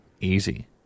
easy